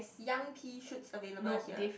young pea shots available here